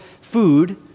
food